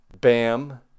bam